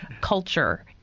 culture